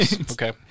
okay